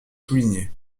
soulignée